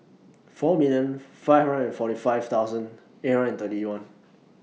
four million five hundred and forty five thousand eight hundred and thirty one